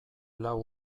lau